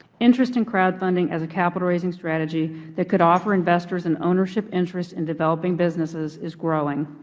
interesting crowdfunding as a capital raising strategy that could offer investors an ownership interest in developing business is is growing.